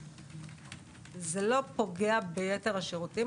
זה לא פוגע ביתר השירותים.